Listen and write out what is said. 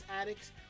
Addicts